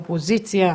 אופוזיציה,